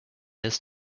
this